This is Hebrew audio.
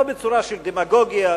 לא בצורה של דמגוגיה,